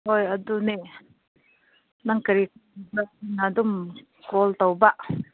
ꯍꯣꯏ ꯑꯗꯨꯅꯦ ꯅꯪ ꯀꯔꯤ ꯑꯗꯨꯝ ꯀꯣꯜ ꯇꯧꯕ